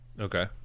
Okay